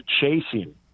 chasing